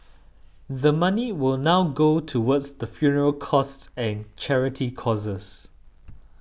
the money will now go towards the funeral costs and charity causes